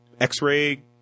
x-ray